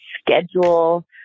schedule